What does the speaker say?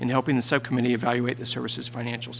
in helping subcommittee evaluate the services financial